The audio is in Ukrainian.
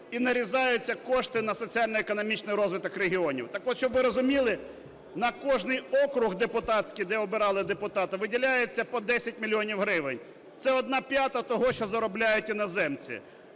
і нарізаються кошти на соціально-економічний розвиток регіонів. Так ось, щоб ви розуміли, на кожний округ депутатський, де обирали депутата, виділяється по 10 мільйонів гривень, це одна п'ята того, що заробляють іноземні.